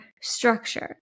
structure